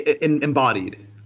embodied